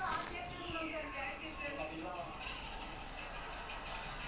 then he say he wanna retire like late forties then he start like travel the world or some shit